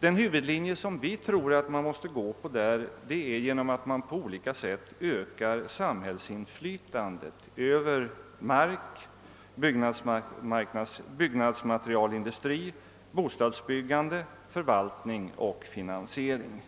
Den huvudlinje som vi tror att man måste följa är att på olika sätt öka samhällsinflytandet. över mark, byggnadsmaterialindustri, bostadsbyggande, förvaltning och finansiering.